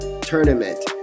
tournament